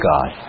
God